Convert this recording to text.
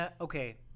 Okay